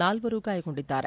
ನಾಲ್ವರು ಗಾಯಗೊಂಡಿದ್ದಾರೆ